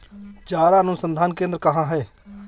चारा अनुसंधान केंद्र कहाँ है?